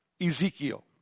Ezekiel